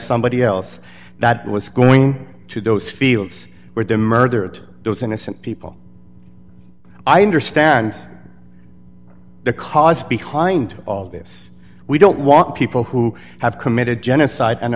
somebody else that was going to those fields were to murdered those innocent people i understand the cost behind all this we don't want people who have committed genocide and